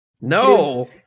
No